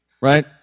right